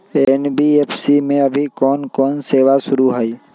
NBFC में अभी कोन कोन सेवा शुरु हई?